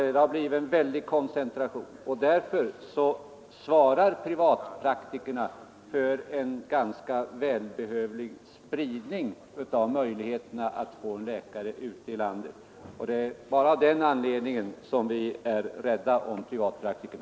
Det har alltså blivit en väldig koncentration, och därför svarar privatpraktikerna för en ganska välbehövlig spridning av möjligheterna att få tillgång till läkare ute i landet. Det är bara av den anledningen som vi är rädda om privatpraktikerna.